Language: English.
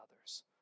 others